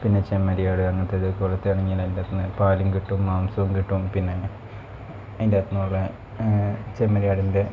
പിന്നെ ചെമ്മരി ആട് അങ്ങനത്തെ ഇതേ പോലത്തെ ആണെങ്കിൽ ഇങ്ങനെ അതിൻ്റെ അകത്തു നിന്ന് പാലും കിട്ടും മാംസവും കിട്ടും പിന്നെ അതിൻ്റെ അകത്തു നിന്ന് ചെമ്മരിയാടിൻ്റെ